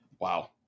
Wow